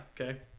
Okay